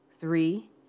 three